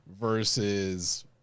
versus